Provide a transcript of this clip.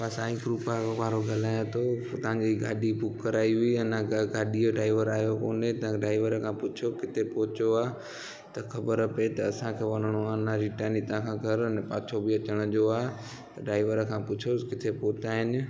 मां साईं वारो ॻाल्हायां थो तव्हां जी ॻाॾी बुक कराई हुई अञा घर गाॾी ड्राईवर आयो कोन्हे ड्राईवर खां पुछियो किथे पहुतो आहे त ख़बर पई त असांखे वञिणो आहे हितां खां घर पाछो बि अचण जो आहे त ड्राईवर खां पुछोसि किथे पहुता आहिनि